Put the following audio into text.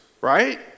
right